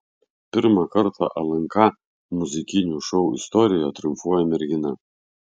pirmą kartą lnk muzikinių šou istorijoje triumfuoja mergina